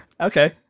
Okay